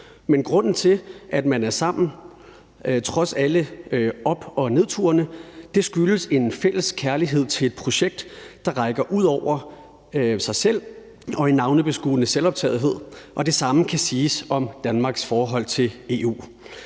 Men grunden til, at man er sammen trods alle op- og nedturene, er en fælles kærlighed til et projekt, der rækker ud over en selv og en navlebeskuende selvoptagethed, og det samme kan siges om Danmarks forhold til EU.